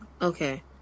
Okay